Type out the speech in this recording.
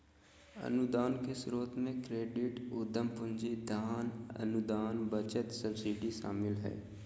अनुदान के स्रोत मे क्रेडिट, उधम पूंजी, दान, अनुदान, बचत, सब्सिडी शामिल हय